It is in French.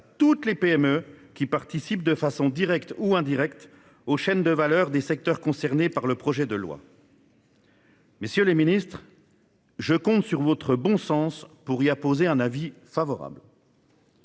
toutes les PME qui participent, de façon directe ou indirecte, aux chaînes de valeur des secteurs concernés par le projet de loi. Messieurs les ministres, je compte sur votre bon sens pour émettre sur eux un avis favorable.